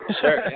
sure